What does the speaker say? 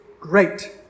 great